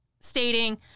stating